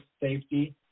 safety